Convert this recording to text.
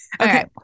Okay